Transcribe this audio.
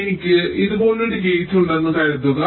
എനിക്ക് ഇതുപോലൊരു ഗേറ്റ് ഉണ്ടെന്ന് കരുതുക